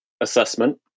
assessment